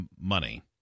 money